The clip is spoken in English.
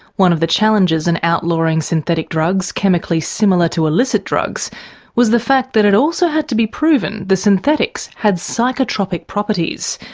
one of the challenges in outlawing synthetic drugs chemically similar to illicit drugs was the fact that it also had to be proven the synthetics had psychotropic properties.